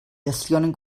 gestionen